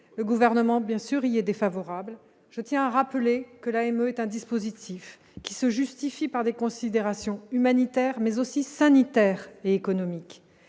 le gouvernement bien sûr il est défavorable, je tiens à rappeler que la haine est un dispositif qui se justifie par des considérations humanitaires mais aussi sanitaire et économique